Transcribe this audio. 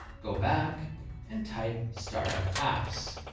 go back and type startup apps.